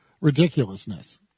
ridiculousness